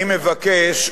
אז אני מבקש,